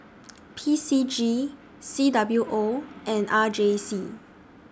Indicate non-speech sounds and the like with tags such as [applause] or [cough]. [noise] P C G C W O and R J C